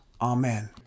Amen